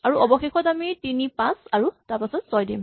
আৰু অৱশেষত আমি ৩ ৫ তাৰপাছত ৬ দিম